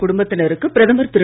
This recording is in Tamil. குடும்பத்தினருக்கு பிரதமர் திரு